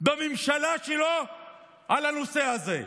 בממשלה שלו על הנושא הזה.